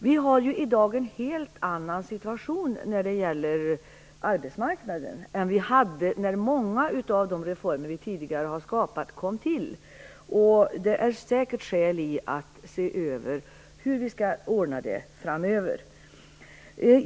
Vi har i dag en helt annan situation på arbetsmarknaden än vi hade när många av de reformer som vi tidigare har skapat kom till. Det finns säkert skäl att se över hur vi skall ordna det framöver.